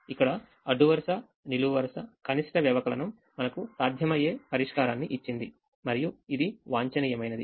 ఇక్కడఅడ్డు వరుస నిలువు వరుస కనిష్ట వ్యవకలనంమనకు సాధ్యమయ్యే పరిష్కారాన్ని ఇచ్చింది మరియు ఇది వాంఛనీయమైనది